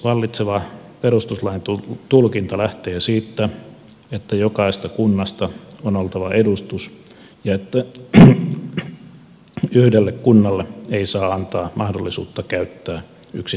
vallitseva perustuslain tulkinta lähtee siitä että jokaisesta kunnasta on oltava edustus ja että yhdelle kunnalle ei saa antaa mahdollisuutta käyttää yksinmääräämisvaltaa